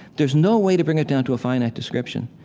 there's no way to bring it down to a finite description.